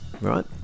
right